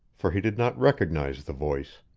for he did not recognize the voice.